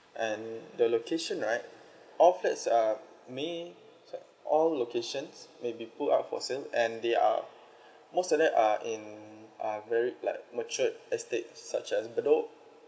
and the location right all flats are main sorry all locations may be put out for sale and they're most of them are in uh very like very matured estate such as bedok